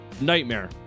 nightmare